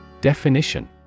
Definition